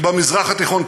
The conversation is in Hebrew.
שבמזרח התיכון,